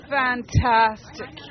fantastic